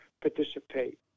participate